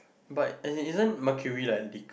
but as in isn't mercury like